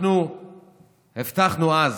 אנחנו הבטחנו אז